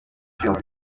ishinga